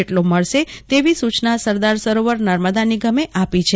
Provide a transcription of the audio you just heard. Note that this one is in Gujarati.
જેટલો મળશે તેવી સીચના સરદાર સરોવર નર્મદા નિગમે આપી છે